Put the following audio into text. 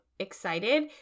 excited